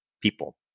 people